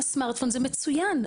הסמרטאפון זה מצוין.